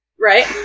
Right